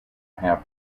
have